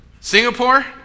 Singapore